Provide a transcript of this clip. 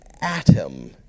atom